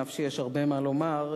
אף שיש הרבה מה לומר.